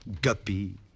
Guppy